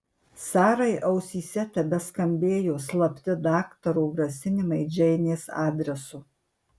sarai ausyse tebeskambėjo slapti daktaro grasinimai džeinės adresu